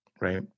Right